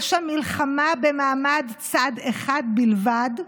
יש שם מלחמה במעמד צד אחד בלבד.